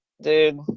Dude